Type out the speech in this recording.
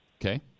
Okay